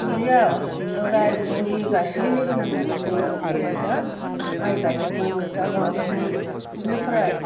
दुब्लियाव बोराय बुरै गासै लोगो नांनानै जोङो रंजा बाजा माइ गायोमोन खोथिया बावोमोन बेनिफ्राय